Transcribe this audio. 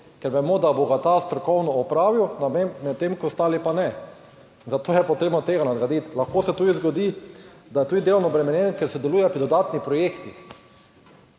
ker vemo, da bo ta strokovno opravil ne vem, medtem ko ostali pa ne, zato je potrebno tega nadgraditi. Lahko se tudi zgodi, da je tudi delovno obremenjen, ker sodeluje pri dodatnih projektih.